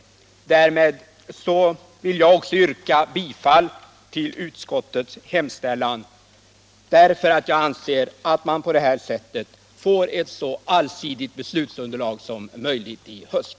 Därmed vill jag också yrka bifall till utskottets hemställan. Jag anser att man på detta sätt får ett så allsidigt beslutsunderlag som möjligt i höst.